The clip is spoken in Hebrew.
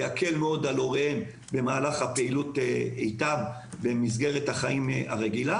וזה יקל מאוד על הוריהם במהלך הפעילות איתם במסגרת החיים הרגילה,